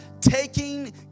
taking